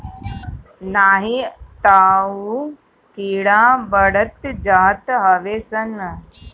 नाही तअ उ कीड़ा बढ़त जात हवे सन